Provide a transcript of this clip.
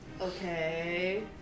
Okay